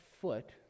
foot